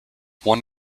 one